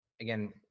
again